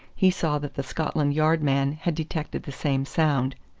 he saw that the scotland yard man had detected the same sound.